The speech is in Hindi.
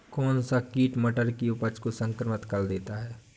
कौन सा कीट मटर की उपज को संक्रमित कर देता है?